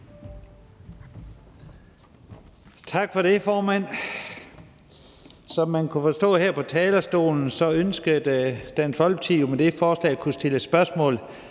Tak for det, formand. Som man kunne forstå på ordene her fra talerstolen, ønsker Dansk Folkeparti jo med det her forslag at kunne stille spørgsmål